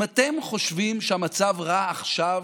אם אתם חושבים שהמצב רע עכשיו,